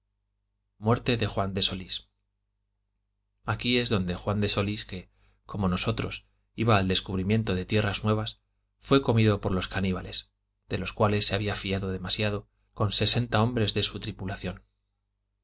muerte de juan de solís aquí es donde juan de solís que como nosotros iba al descubrimiento de tierras nuevas fué comido por los caníbales de los cuales se había fiado demasiado con sesenta hombres de su tripulación